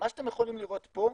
מה שאתם יכולים לראות פה,